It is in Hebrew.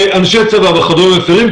אנשי צבא וכדומה מפרים,